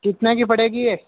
कितने की पड़ेगी यह